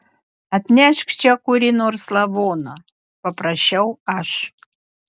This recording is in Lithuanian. atnešk čia kurį nors lavoną paprašiau aš